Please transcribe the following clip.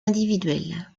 individuel